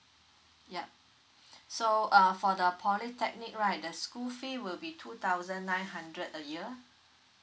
yup so uh for the polytechnic right the school fee will be two thousand nine hundred a year